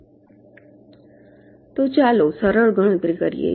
તો ચાલો સરળ ગણતરી કરીએ